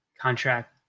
contract